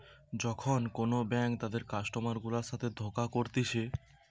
যখন কোন ব্যাঙ্ক তাদের কাস্টমার গুলার সাথে ধোকা করতিছে